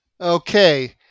okay